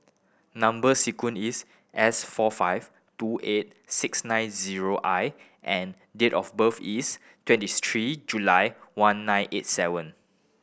number sequence is S four five two eight six nine zero I and date of birth is twenty three July one nine eight seven